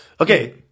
Okay